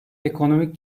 ekonomik